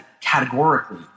categorically